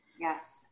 Yes